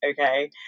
okay